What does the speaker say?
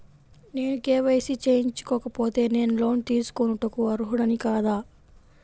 నేను కే.వై.సి చేయించుకోకపోతే నేను లోన్ తీసుకొనుటకు అర్హుడని కాదా?